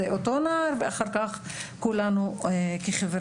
זה אותו נער ואחר כך כולנו כחברה.